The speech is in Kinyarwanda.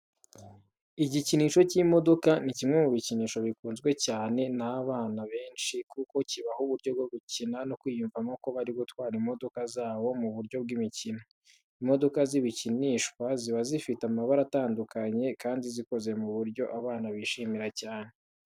Igikinisho cy'imodoka ni kimwe mu bikinisho bikunzwe cyane n'abana benshi kuko kibaha uburyo bwo gukina no kwiyumvamo ko bari gutwara imodoka zabo mu buryo bw'imikino. Imodoka zikinishwa ziba zifite amabara atandukanye kandi zikoze mu buryo abana bazishimira cyane.